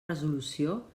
resolució